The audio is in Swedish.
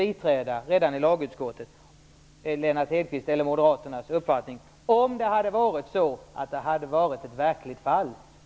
Jag hade redan i lagutskottet varit beredd att biträda moderaternas uppfattning om det hade gällt ett verkligt fall.